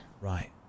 Right